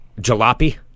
Jalopy